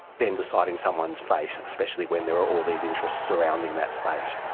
then deciding someone's fate, especially when there are all these interests surrounding that fate.